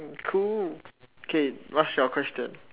cool okay what's your question